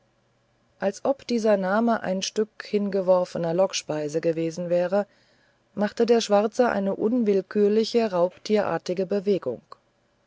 als ob dieser name ein stück hingeworfener lockspeise gewesen wäre machte der schwarze eine unwillkürliche raubtierartige bewegung